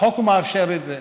החוק מאפשר את זה.